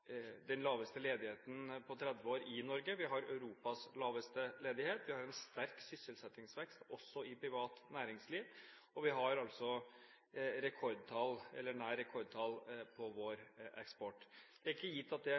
den laveste ledigheten på 30 år i Norge, vi har Europas laveste ledighet, vi har en sterk sysselsettingsvekst også i privat næringsliv, og vi har altså rekordtall – eller nær rekordtall – på vår eksport. Det er ikke gitt at det